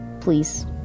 Please